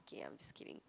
okay I'm just kidding